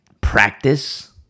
practice